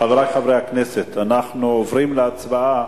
חברי חברי הכנסת, אנחנו עוברים להצבעה